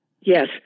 Yes